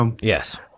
Yes